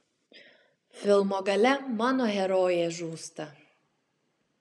filmo gale mano herojė žūsta